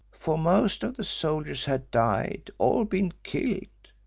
for most of the soldiers had died, or been killed,